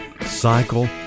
cycle